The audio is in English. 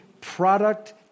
product